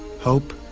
hope